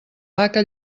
haca